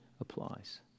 applies